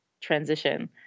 transition